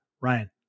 Ryan